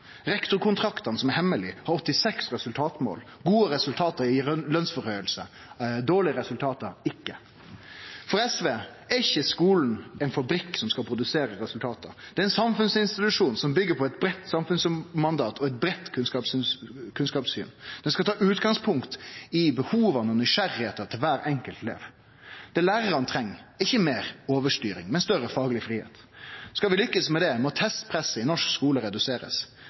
Rektorkontraktane, som er hemmelege, har 86 resultatmål. Gode resultat gjev lønsauke, dårlege resultat gjev ikkje det. For SV er ikkje skolen ein fabrikk som skal produsere resultat. Det er ein samfunnsinstitusjon, som byggjer på eit breitt samfunnsmandat og eit breitt kunnskapssyn. Skolen skal ta utgangspunkt i behova og nysgjerrigheita til kvar enkelt elev. Det lærarane treng, er ikkje meir overstyring, men større fagleg fridom. Skal vi lukkast med det, må testpresset i den norske skolen reduserast.